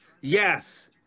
Yes